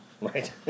Right